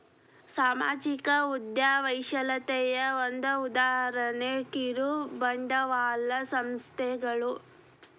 ಸಾಮಾಜಿಕ ಉದ್ಯಮಶೇಲತೆಯ ಒಂದ ಉದಾಹರಣೆ ಕಿರುಬಂಡವಾಳ ಸಂಸ್ಥೆಗಳು